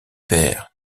père